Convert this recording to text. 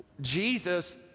Jesus